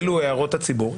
אלו הערות הציבור.